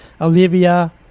Olivia